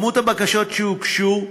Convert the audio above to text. מספר הבקשות שהוגשו,